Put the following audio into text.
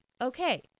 Okay